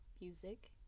music